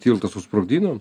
tiltą susprogdino